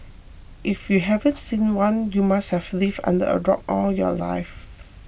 if you haven't seen one you must have lived under a rock all your life